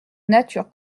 nature